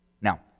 Now